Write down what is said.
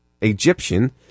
Egyptian